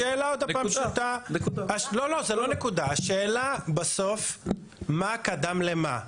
השאלה עוד הפעם פשוטה, השאלה בסוף מה קדם למה.